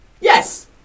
Yes